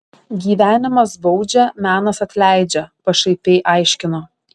gyvenimas baudžia menas atleidžia pašaipiai aiškino